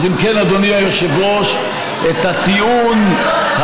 אז אם כן, אדוני היושב-ראש, את הטיעון העלוב,